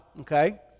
okay